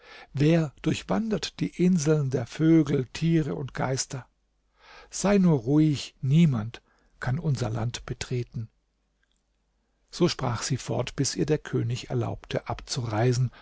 wer durchwandert die inseln der vögel tiere und geister sei nur ruhig niemand kann unser land betreten so sprach sie fort bis ihr der könig erlaubte abzureisen